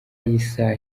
y’isaha